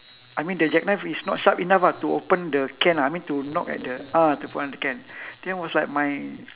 I mean the jackknife is not sharp enough ah to open the can ah I mean to knock at the uh to open up the can then it was like my